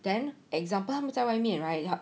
then example 他们在外面 right 他